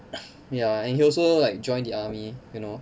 ya and he also like join the army you know